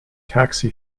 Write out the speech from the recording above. taxi